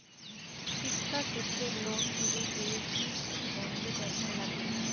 শিক্ষাক্ষেত্রে লোন তুলির গেলে কি কিছু বন্ধক রাখিবার লাগে?